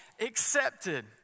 accepted